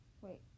Wait